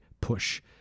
push